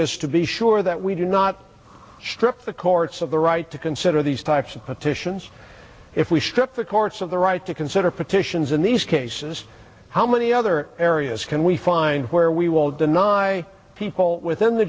is to be sure that we do not strip the courts of the right to consider these types of petitions if we strip the courts of the right to consider petitions in these cases how many other areas can we find where we will deny people within the